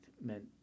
meant